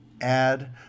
add